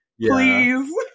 Please